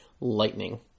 Lightning